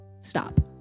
Stop